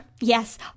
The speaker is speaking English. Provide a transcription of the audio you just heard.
yes